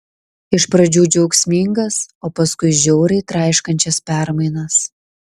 iš pradžių džiaugsmingas o paskui žiauriai traiškančias permainas